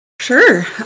Sure